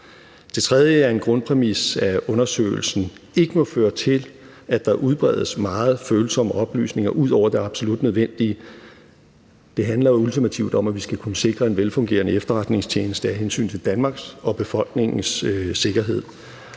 Det tredje er en grundpræmis om, at undersøgelsen ikke må føre til, at der udbredes meget følsomme oplysninger ud over det absolut nødvendige. Det handler jo ultimativt om, at vi skal kunne sikre en velfungerende efterretningstjeneste af hensyn til Danmarks og befolkningens sikkerhed.